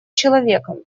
человеком